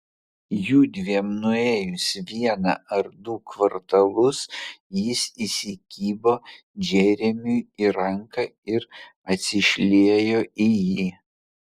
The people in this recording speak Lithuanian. jiedviem nuėjus vieną ar du kvartalus ji įsikibo džeremiui į ranką ir atsišliejo į jį